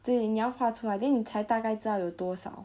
对你要画出来 then 你才大概知道有多少